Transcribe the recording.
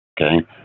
okay